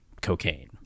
cocaine